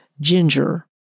ginger